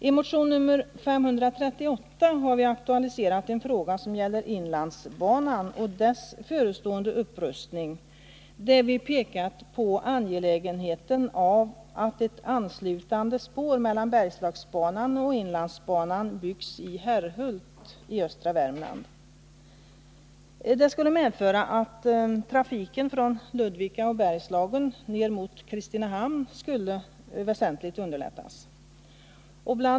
I motionen nr 538 har vi aktualiserat en fråga som gäller inlandsbanan och dess förestående upprustning. Vi pekar på angelägenheten av att ett anslutande spår mellan Bergslagsbanan och inlandsbanan byggs i Herrhult i östra Värmland. Det skulle medföra att trafiken från Ludvika och Bergslagen ner mot Kristinehamn skulle väsentligt underlättas. Bl.